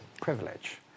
privilege